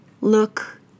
Look